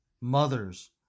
mothers